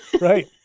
Right